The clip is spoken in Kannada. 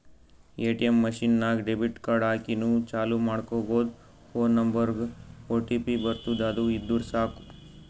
ಎ.ಟಿ.ಎಮ್ ಮಷಿನ್ ನಾಗ್ ಡೆಬಿಟ್ ಕಾರ್ಡ್ ಹಾಕಿನೂ ಚಾಲೂ ಮಾಡ್ಕೊಬೋದು ಫೋನ್ ನಂಬರ್ಗ್ ಒಟಿಪಿ ಬರ್ತುದ್ ಅದು ಇದ್ದುರ್ ಸಾಕು